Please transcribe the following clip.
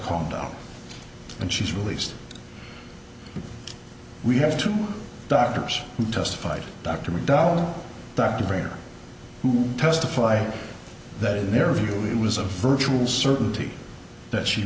calm down and she's released we have two doctors who testified dr mcdonnell dr graham who testified that in their view it was a virtual certainty that she